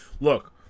Look